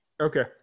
Okay